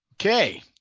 Okay